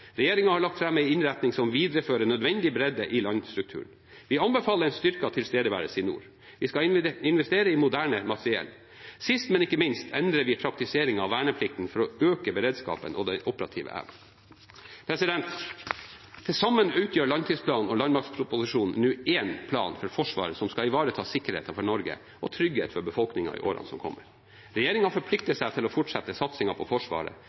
har lagt fram en innretning som viderefører nødvendig bredde i landstrukturen. Vi anbefaler en styrket tilstedeværelse i nord. Vi skal investere i moderne materiell. Sist, men ikke minst, endrer vi praktiseringen av verneplikten for å øke beredskapen og den operative evnen. Til sammen utgjør langtidsplanen og landmaktproposisjonen nå én plan for Forsvaret som skal ivareta sikkerheten for Norge og trygghet for befolkningen i årene som kommer. Regjeringen forplikter seg til å fortsette satsingen på Forsvaret